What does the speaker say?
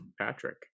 Patrick